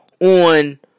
on